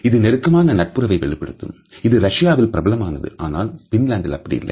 அது நெருக்கமான நட்புறவை வெளிப்படுத்தும் அது ரஷ்யாவில் பிரபலமானது ஆனால் பின்லாந்தில் அப்படி இல்லை